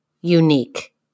unique